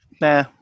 Nah